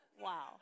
Wow